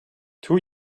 two